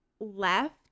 left